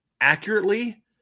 accurately